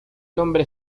nombre